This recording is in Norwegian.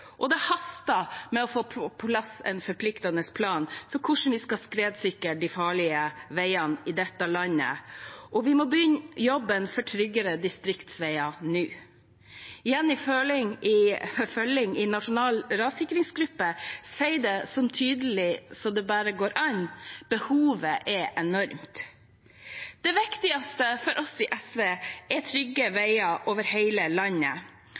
og det haster med å få på plass en forpliktende plan for hvordan vi skal skredsikre de farlige veiene i dette landet. Vi må begynne jobben for tryggere distriktsveier nå. Jenny Følling i Nasjonal rassikringsgruppe sier det så tydelig som det går an: «Behovet er enormt.» Det viktigste for oss i SV er trygge veier over hele landet.